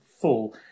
full